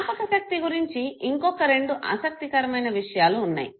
జ్ఞాపకశక్తి గురించి ఇంకొక రెండు ఆసక్తికరమైన విషయాలు వున్నాయి